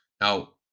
Now